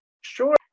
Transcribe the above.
sure